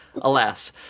Alas